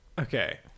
Okay